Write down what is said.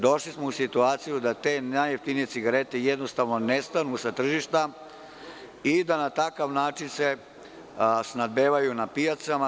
Došli smo u situaciju da te najjeftinije cigarete jednostavno nestanu sa tržišta i da na takav način se snabdevaju na pijacama.